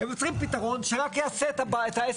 הם יוצרים פתרון שרק יעשה את העסק.